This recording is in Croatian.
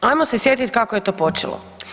Ajmo se sjetit kako je to počelo.